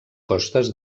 costes